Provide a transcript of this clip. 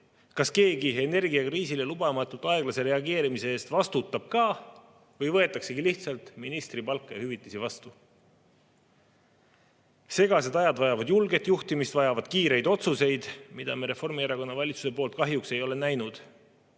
Kas keegi energiakriisile lubamatult aeglase reageerimise eest vastutab ka või võetaksegi lihtsalt ministripalka ja hüvitisi vastu? Segased ajad vajavad julget juhtimist, vajavad kiireid otsuseid, mida me Reformierakonna valitsuse poolt kahjuks ei ole näinud.